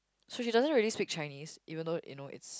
so she doesn't really speak Chinese even though you know it's